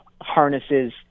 harnesses